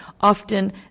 often